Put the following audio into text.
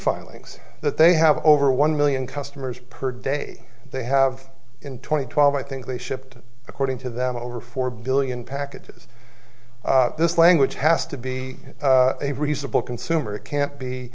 filings that they have over one million customers per day they have in two thousand and twelve i think they shipped according to them over four billion packages this language has to be a reasonable consumer can't be